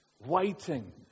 Waiting